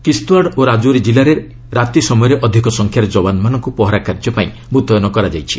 କିସ୍ତୁଓ୍ପାଡ଼ ଓ ରାଜୌରୀ ଜିଲ୍ଲାରେ ରାତିସମୟରେ ଅଧିକ ସଂଖ୍ୟାରେ ଯବାନମାନଙ୍କୁ ପହରା କାର୍ଯ୍ୟ ପାଇଁ ମୁତୟନ କରାଯାଉଛି